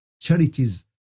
charities